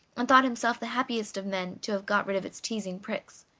and thought himself the happiest of men to have got rid of its teasing pricks.